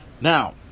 now